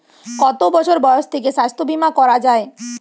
কত বছর বয়স থেকে স্বাস্থ্যবীমা করা য়ায়?